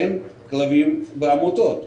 אין כלבים בעמותות.